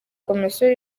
komisiyo